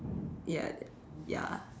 ya ya